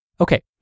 Okay